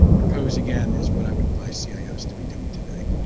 propose again, is what i would advise cios to be doing today.